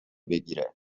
بگیره